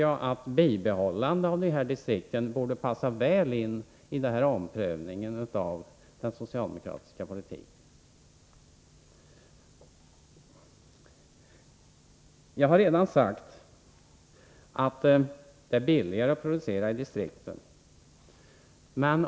Frågan om bibehållandet av distrikten borde passa väl in i den omprövningen av den socialdemokratiska politiken. Som jag redan tidigare har sagt är det billigare att producera i distrikten.